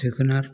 जोगोनाद